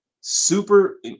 super